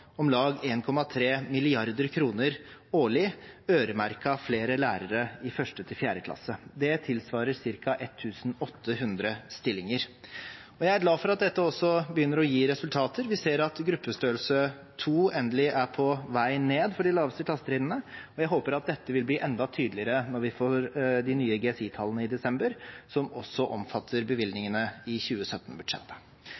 årlig øremerket flere lærere i 1.–4. klasse. Det tilsvarer ca. 1 800 stillinger. Jeg er glad for at dette også begynner å gi resultater. Vi ser at gruppestørrelse 2 endelig er på vei ned for de laveste klassetrinnene, og jeg håper at dette vil bli enda tydeligere når vi får de nye GSI-tallene i desember, som også omfatter